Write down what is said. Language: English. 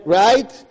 right